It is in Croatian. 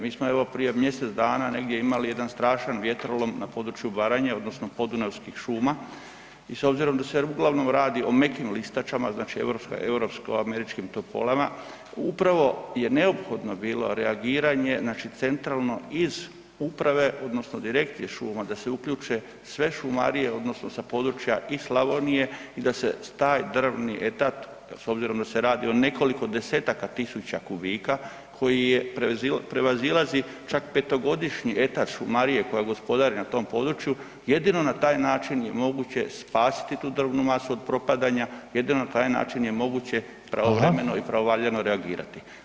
Mi smo evo prije mjesec negdje imali jedan strašan vjetrolom na području Baranje odnosno podunavskih šuma i s obzirom da se uglavnom radi o mekim listačama, znači europsko-američkim topolama, upravo je neophodno bilo reagiranje naših centralno iz upravo odnosno direkt iz šuma da se uključe sve šumarije sa područja i Slavonije i da se taj drvni etat, s obzirom da se radi o nekoliko desetaka tisuća kubika koji prevazilazi čak petogodišnji etat šumarije koja gospodari na tom području, jedino na taj način je moguće spasiti tu drvnu masu od propadanja, jedino na taj način je moguće pravovremeno i pravovaljano reagirati.